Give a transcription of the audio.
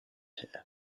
here